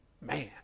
Man